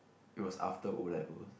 it was after O-levels